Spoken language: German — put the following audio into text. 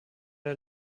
der